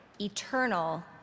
eternal